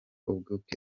ubukwe